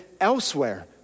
elsewhere